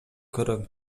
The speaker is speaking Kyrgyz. көрөм